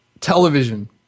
television